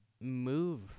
move